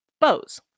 bows